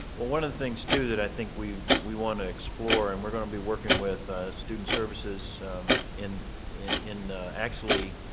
well, one of the things, too, that i think we we want to explore and we're going to be working with ah student services in in actually,